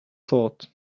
thought